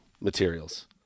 Materials